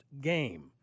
game